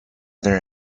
there